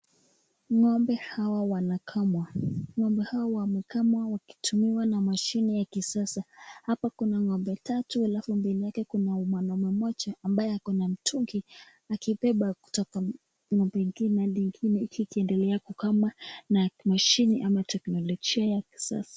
Ng'ombe hawa wanakamwa , ng'ombe hawa wamekamwa wakitumiwa na mashini ya kisasa ,hapa kuna ng'ombe tatu alafu mbele yake kuna mwanaume mmoja ambaye ako na mtungi akibeba kutoka ng'ombe ingine hadi ingine hiki ikiendelea kukamwa na mashini ama teknolojia ya kisasa.